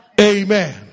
amen